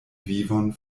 vivon